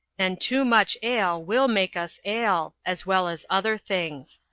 and too much ale will make us ail, as well as other things.